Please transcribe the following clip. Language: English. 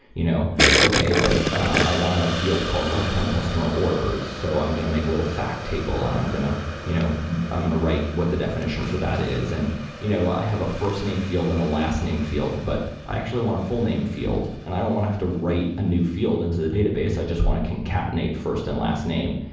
you know okay, but i want a a field called lifetime customer orders, so i'm going to make a little fact table and i'm going to you know i'm going to write what the definition for that is. and you know i have a first name field and a last name field, but i actually want a full name field. and i don't want to have to write a new field into the database. i just want to concatenate first and last name.